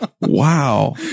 Wow